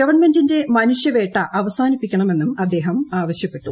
ഗവൺമെന്റിന്റെ മനുഷ്യവേട്ട അവസാനി പ്പിക്കണമെന്നും അദ്ദേഹം ആവശ്യപ്പെട്ടു